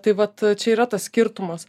tai vat čia yra tas skirtumas